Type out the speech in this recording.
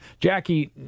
Jackie